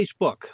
Facebook